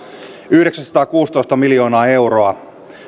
yhdeksänsataakuusitoista miljoonaa euroa